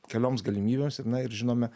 kelioms galimybėms na ir žinome